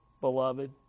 beloved